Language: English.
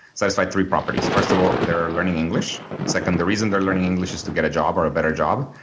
satisfy three properties. first of all, they're learning english. second, the reason they're learning english is to get a job or a better job,